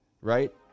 right